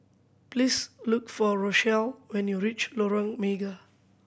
please look for Rochelle when you reach Lorong Mega